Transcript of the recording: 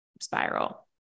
spiral